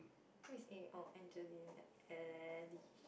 who is A oh Angeline Ali~